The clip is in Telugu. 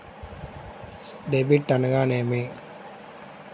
డెబిట్ అనగానేమి?